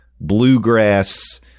bluegrass